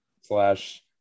Slash